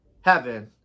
Heaven